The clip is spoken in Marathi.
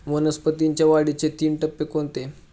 वनस्पतींच्या वाढीचे तीन टप्पे कोणते?